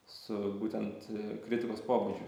su būtent kritikos pobūdžiu